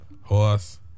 horse